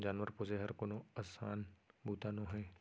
जानवर पोसे हर कोनो असान बूता नोहे